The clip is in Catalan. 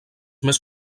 més